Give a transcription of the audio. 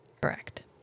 Correct